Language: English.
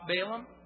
Balaam